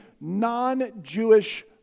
non-Jewish